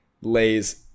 lays